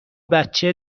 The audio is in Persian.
بچه